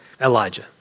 Elijah